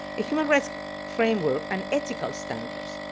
a human rights framework and ethical standards,